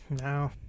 no